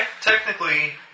technically